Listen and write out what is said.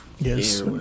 Yes